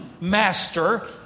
master